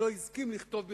לא הסכים לכתוב בכתב.